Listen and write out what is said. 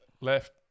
left